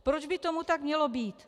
Proč by tomu tak mělo být tak?